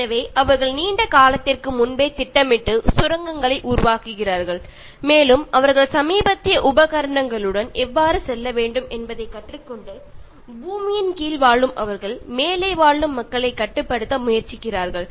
எனவே அவர்கள் நீண்ட காலத்திற்கு முன்பே திட்டமிட்டு சுரங்கங்களை உருவாக்குகிறார்கள் மேலும் அவர்கள் சமீபத்திய உபகரணங்களுடன் எவ்வாறு செல்ல வேண்டும் என்பதைக் கற்றுக்கொண்டு பூமியின் கீழ் வாழும் அவர்கள் மேலே வாழும் மக்களைக் கட்டுப்படுத்த முயற்சிக்கிறார்கள்